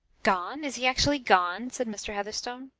gone! is he actually gone? said mr. heatherstone.